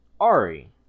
Ari